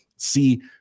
see